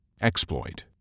Exploit